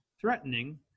threatening